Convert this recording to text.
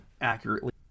accurately